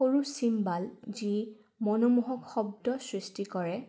সৰু চিম্বাল যি মনোমোহক শব্দ সৃষ্টি কৰে